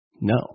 No